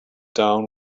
down